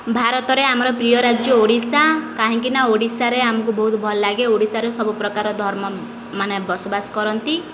ଭାରତରେ ଆମର ପ୍ରିୟ ରାଜ୍ୟ ଓଡ଼ିଶା କାହିଁକିନା ଓଡ଼ିଶାରେ ଆମକୁ ବହୁତ ଭଲ ଲାଗେ ଓଡ଼ିଶାରେ ସବୁ ପ୍ରକାର ଧର୍ମ ମାନେ ବସବାସ କରନ୍ତି